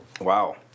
Wow